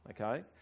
okay